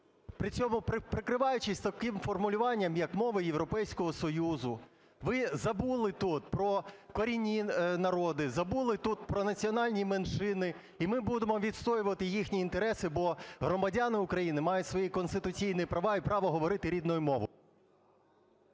При цьому, прикриваючись таким формулюванням, як "мови Європейського Союзу", ви забули тут про корінні народи, забули тут про національні меншини. І ми будемо відстоювати їхні інтереси, бо громадяни України мають свої конституційні права і право говорити рідною мовою.